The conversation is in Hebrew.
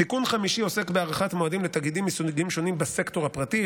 תיקון חמישי עוסק בהארכת מועדים לתאגידים מסוגים שונים בסקטור הפרטי,